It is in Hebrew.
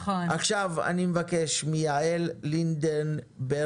עכשיו אני מבקש מיעל לינדנברג,